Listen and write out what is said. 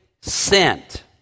sent